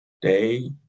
day